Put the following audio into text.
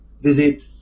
visit